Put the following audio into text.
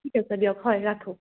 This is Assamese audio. ঠিক আছে দিয়ক হয় ৰাখোঁ